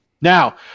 now